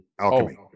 alchemy